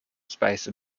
space